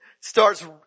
starts